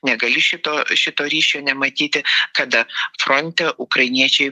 negali šito šito ryšio nematyti kada fronte ukrainiečiai pasieks